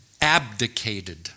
abdicated